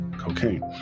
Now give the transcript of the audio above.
cocaine